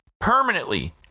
permanently